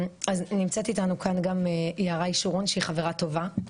נמצאת איתנו כאן גם יערה ישורון שהיא חברה טובה,